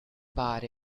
about